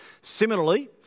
Similarly